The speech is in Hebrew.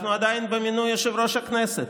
אנחנו עדיין במינוי יושב-ראש הכנסת.